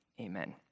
Amen